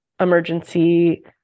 emergency